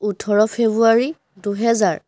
ওঠৰ ফেব্ৰুৱাৰী দুহেজাৰ